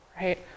right